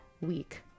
week